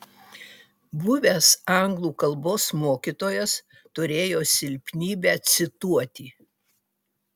buvęs anglų kalbos mokytojas turėjo silpnybę cituoti